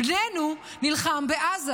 בננו נלחם בעזה,